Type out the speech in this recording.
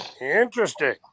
Interesting